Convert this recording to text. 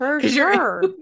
Sure